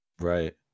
Right